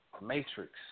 Matrix